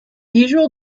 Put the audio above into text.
usual